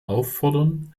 auffordern